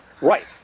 right